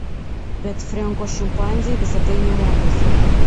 bet frenko šimpanzei visa tai nė motais